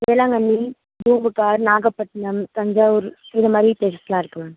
வேளாங்கண்ணி பூம்புகார் நாகப்பட்டினம் தஞ்சாவூர் இது மாதிரி பிளேசஸ்லாம் இருக்குது மேம்